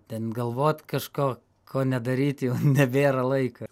ten galvot kažko ko nedaryt jau nebėra laiko